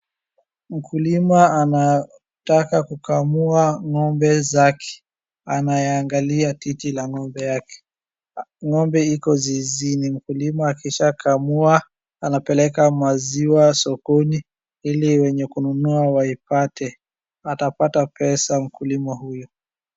Mkulima anataka kukamua ng'ombe zake. Anaiyanagalia titi la ng'ombe yake. Ng'ombe iko zizini. Mkulima akishaakamua anapeleka maziwa sokoni ili wenye kununua waipate. Atapata pesa mkulima huyu.